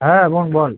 হ্যাঁ বোন বল